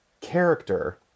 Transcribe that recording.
character